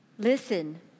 Listen